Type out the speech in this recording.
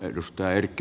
arvoisa puhemies